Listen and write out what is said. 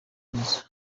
nizo